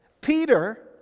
Peter